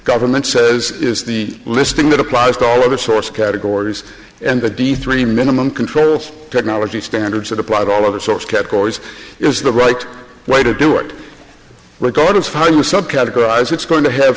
government says is the listing that applies to all other source categories and the d three minimum controls technology standards that apply to all other source categories is the right way to do it regardless of how you subcategorize it's going to have